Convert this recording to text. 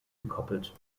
gekoppelt